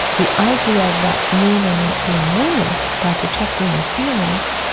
the idea that men are not being manly by protecting their families,